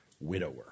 widower